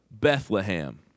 Bethlehem